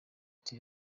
city